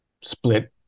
split